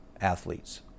athletes